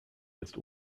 jetzt